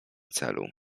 celu